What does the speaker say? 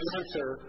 answer